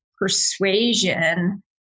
persuasion